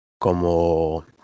como